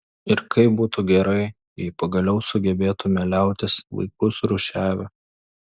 ir kaip būtų gerai jei pagaliau sugebėtume liautis vaikus rūšiavę